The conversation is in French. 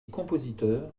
compositeur